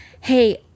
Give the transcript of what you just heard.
hey